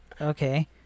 okay